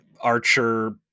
Archer